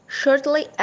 shortly